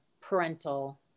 parental